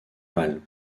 mal